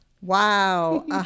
Wow